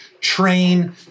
train